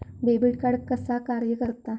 Debit card कसा कार्य करता?